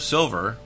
Silver